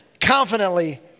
confidently